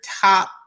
top